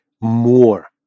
more